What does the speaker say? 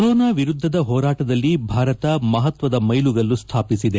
corona ವಿರುದ್ದದ ಹೋರಾಟದಲ್ಲಿ ಭಾರತ ಮಹತ್ವದ ಮೈಲುಗಲ್ಲು ಸ್ದಾಪಿಸಿದೆ